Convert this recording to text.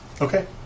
okay